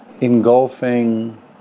engulfing